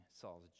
Saul's